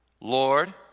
Lord